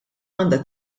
għandha